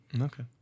okay